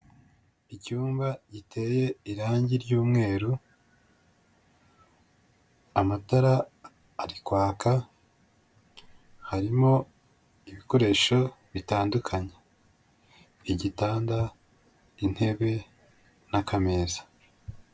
Icyumba giteye irangi ry'umweru, amatara ari kwaka, harimo ibikoresho bitandukanye igitanda, intebe, n'akameza.